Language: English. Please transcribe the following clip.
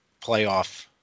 playoff